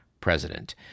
president